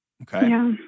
Okay